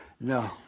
No